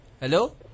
Hello